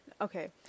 okay